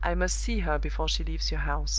i must see her before she leaves your house.